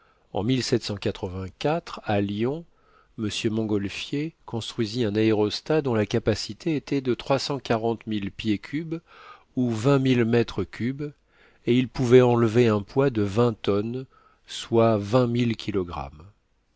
en à lyon m montgolfier construisit un aérostat dont la capacité était de trois cent quarante mille pieds cubes ou vingt mille mètres cubes et il pouvait enlever un poids de vingt tonnes soit vingt mille kilogrammes